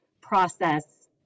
process